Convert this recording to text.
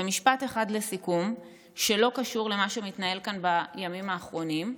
ומשפט אחד לסיכום שלא קשור למה שמתנהל כאן בימים האחרונים,